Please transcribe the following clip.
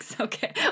Okay